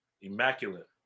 immaculate